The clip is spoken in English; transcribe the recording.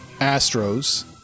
Astros